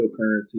cryptocurrency